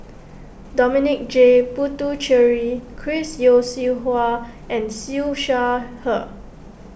Dominic J Puthucheary Chris Yeo Siew Hua and Siew Shaw Her